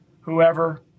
whoever